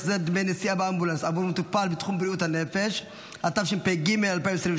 החזר דמי נסיעה באמבולנס עבור מטופל בתחום בריאות הנפש),